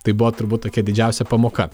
tai buvo turbūt tokia didžiausia pamoka